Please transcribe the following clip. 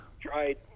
tried